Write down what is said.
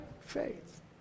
faith